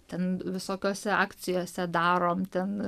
ten visokiose akcijose darom ten